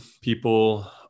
people